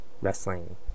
Wrestling